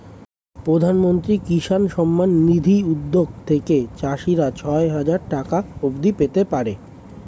প্রধানমন্ত্রী কিষান সম্মান নিধি উদ্যোগ থেকে চাষিরা ছয় হাজার টাকা অবধি পেতে পারে